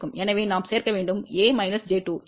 எனவே நாம் சேர்க்க வேண்டும் a j 2